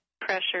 pressure